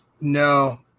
no